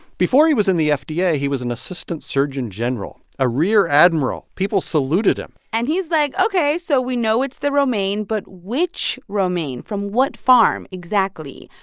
before he was in the fda, yeah he he was an assistant surgeon general, a rear admiral. people saluted him and he's like, ok, so we know it's the romaine. but which romaine from what farm exactly?